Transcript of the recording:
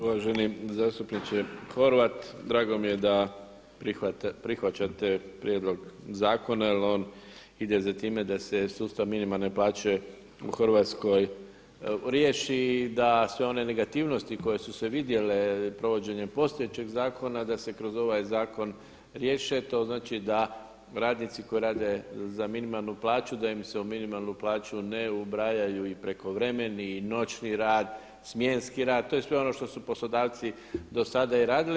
Uvaženi zastupniče Horvat, drago mi je da prihvaćate prijedlog zakona jer on ide za time da se sustav minimalne plaće u Hrvatskoj riješi i da sve one negativnosti koje su se vidjele provođenjem postojećeg zakona da se kroz ovaj zakon riješe, to znači da radnici koji rade za minimalnu plaću da im se u minimalnu plaću ne ubrajaju i prekovremeni i noćni rad, smjenski rad, to je sve ono što su poslodavci do sada i radili.